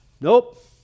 Nope